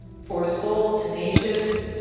forceful, tenacious,